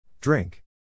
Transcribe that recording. Drink